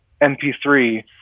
MP3